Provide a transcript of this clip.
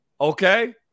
Okay